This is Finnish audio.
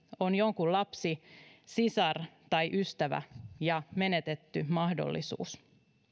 on jonkun lapsi sisar tai ystävä ja menetetty mahdollisuus